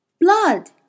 Blood